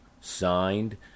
Signed